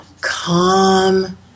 calm